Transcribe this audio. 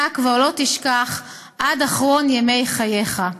אתה לא תשכח עד אחרון ימי חייך,